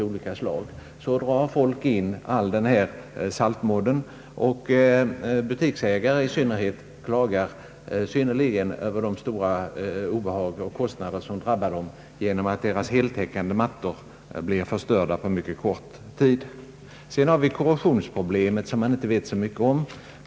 Folk drar in saltmodden i butiker och offentliga lokaler av olika slag, och i synnerhet butiksägare klagar över de stora obehag och kostnader som drabbar dem genom att deras heltäckande mattor blir förstörda på mycket kort tid. Så har vi korrosionsproblemet som man inte vet så mycket om.